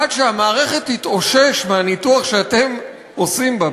עד שהמערכת תתאושש מהניתוח שאתם עושים בה,